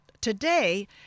Today